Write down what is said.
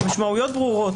המשמעויות ברורות.